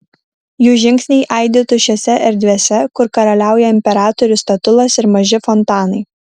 jų žingsniai aidi tuščiose erdvėse kur karaliauja imperatorių statulos ir maži fontanai